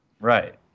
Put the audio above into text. Right